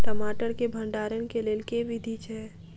टमाटर केँ भण्डारण केँ लेल केँ विधि छैय?